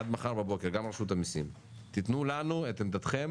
עד מחר בבוקר, גם רשות המיסים, תתנו לנו את עמדתכם